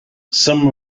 some